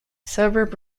suburb